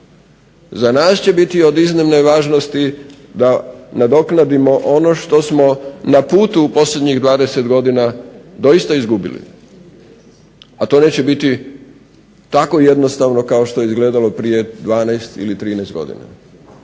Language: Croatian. Za nas će biti od iznimne važnosti da nadoknadimo ono što smo na putu u posljednjih 20 godina doista izgubili, a to neće biti tako jednostavno kao što je izgledalo prije 12 ili 13 godina.